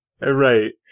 Right